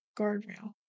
guardrail